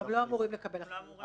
אתם לא אמורים לקבל אחריות,